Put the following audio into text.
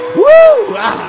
woo